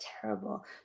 terrible